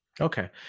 Okay